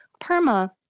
PERMA